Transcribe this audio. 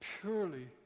purely